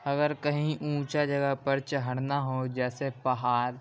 اگر کہیں اونچا جگہ پر چڑھنا ہو جیسے پہاڑ